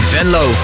Venlo